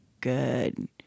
good